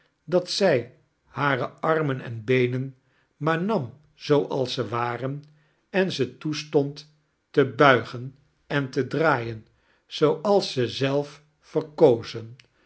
dat zij hare armen en beenen maar nam zooals ze worien en ze toestond te jbuigen en te draaien zooals ze zelf verkozen